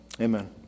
amen